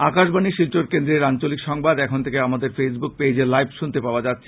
আকাশবাণী শিলচর কেন্দ্রের আঞ্চলিক সংবাদ এখন থেকে আমাদের ফেইসবুক পেজে লাইভ শুনতে পাওয়া যাচ্ছে